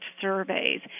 surveys